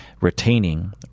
retaining